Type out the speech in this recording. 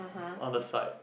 on the side